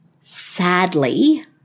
sadly